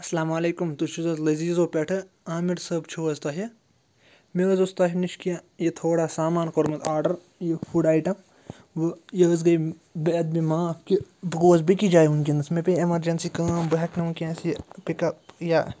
اَسلام علیکُم تُہۍ چھُو لٔزیٖزو پٮ۪ٹھٕ عامِر صٲب چھُو حظ تۄہہِ مےٚ حظ اوس تۄہہِ نِش کیٚنٛہہ یہِ تھوڑا سامان کوٚرمُت آرڈَر یہِ فُڈ آیٹم وۄنۍ یہِ حظ گٔے بےٚ ادبی معاف کہِ بہٕ گوس بیٚکِس جایہِ وٕنۍکٮ۪نَس مےٚ پے اٮ۪مَرجَنسی کٲم بہٕ ہٮ۪کہٕ نہٕ وٕنۍکٮ۪نَس یہِ پِک اَپ یا